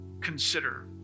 consider